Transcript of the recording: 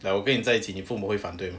like 我跟你在一起你父母会反对吗